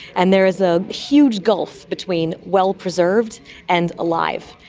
and there is a huge gulf between well preserved and alive.